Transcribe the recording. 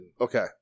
Okay